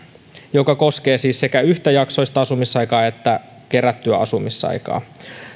joka koskee siis sekä yhtäjaksoista asumisaikaa että kerättyä asumisaikaa